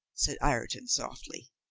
said ireton softly.